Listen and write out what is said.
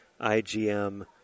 IgM